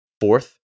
fourth